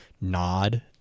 nod